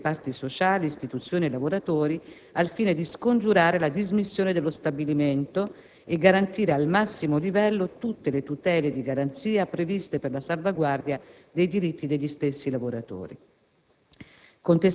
che coinvolgesse parti sociali, istituzioni e lavoratori al fine di scongiurare la dismissione dello stabilimento e garantire al massimo livello tutte le tutele di garanzia previste per la salvaguardia dei diritti degli stessi lavoratori.